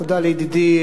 תודה לידידי,